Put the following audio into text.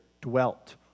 dwelt